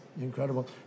incredible